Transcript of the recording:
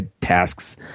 tasks